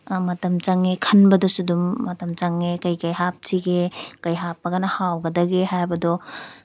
ꯃꯇꯝ ꯆꯪꯉꯦ ꯈꯟꯕꯗꯁꯨ ꯑꯗꯨꯝ ꯃꯇꯝ ꯆꯪꯉꯦ ꯀꯩꯀꯩ ꯍꯥꯞꯁꯤꯒꯦ ꯀꯩ ꯍꯥꯞꯄꯒꯅ ꯍꯥꯎꯒꯗꯒꯦ ꯍꯥꯏꯕꯗꯣ